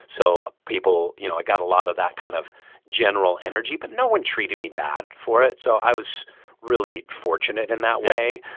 so people you know, i got a lot of that kind of general energy, but no one treated me bad for it. so i was really fortunate in that way.